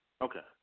Okay